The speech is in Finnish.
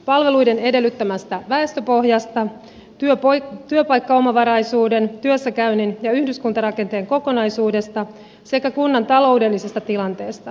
palveluiden edellyttämästä väestöpohjasta työpaikkaomavaraisuuden työssäkäynnin ja yhdyskuntarakenteen kokonaisuudesta sekä kunnan taloudellisesta tilanteesta